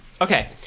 Okay